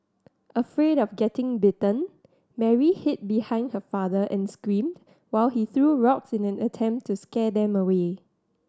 afraid of getting bitten Mary hid behind her father and screamed while he threw rocks in an attempt to scare them away